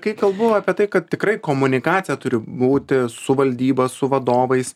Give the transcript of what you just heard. kai kalbu apie tai kad tikrai komunikacija turi būti su valdyba su vadovais